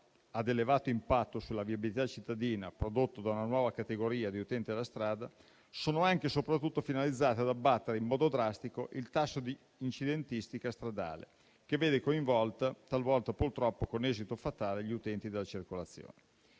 a elevato impatto sulla viabilità cittadina, prodotto da una nuova categoria di utenti della strada, sono anche e soprattutto finalizzate ad abbattere in modo drastico il tasso di incidentistica stradale, che vede coinvolti, talvolta, purtroppo, con esito fatale, gli utenti dalla circolazione.